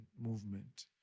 movement